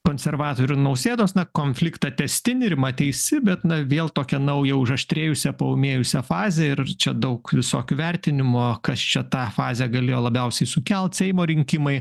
konservatorių ir nausėdos na konfliktą tęstinį rima teisi bet na vėl tokią naują užaštrėjusią paūmėjusią fazę ir čia daug visokių vertinimo kas čia tą fazę galėjo labiausiai sukelt seimo rinkimai